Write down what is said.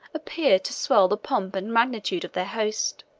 appeared to swell the pomp and magnitude of their host